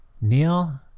Neil